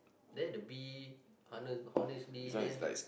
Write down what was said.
there the bee hone~ honestbee there